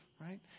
right